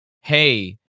hey